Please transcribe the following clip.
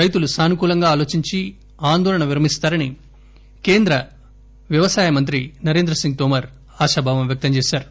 రైతులు సానుకూలంగా ఆలోచించి ఆందోళన విరమిస్తారని కేంద్ర వ్యవసాయ మంత్రి నరేంద్రసింగ్ తోమర్ ఆశాభావం వ్యక్తంచేశారు